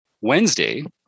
Wednesday